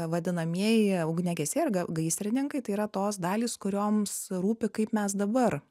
vadinamieji ugniagesiai ir ga gaisrininkai tai yra tos dalys kurioms rūpi kaip mes dabar